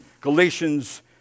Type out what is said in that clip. Galatians